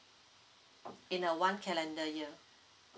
in a one calendar year